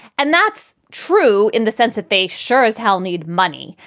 and that's true in the sense that they sure as hell need money.